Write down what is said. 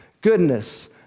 goodness